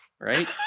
Right